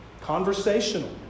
conversational